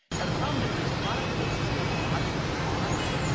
and problem is there's a lot of places where the logic applies,